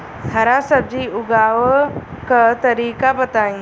हरा सब्जी उगाव का तरीका बताई?